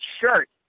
shirt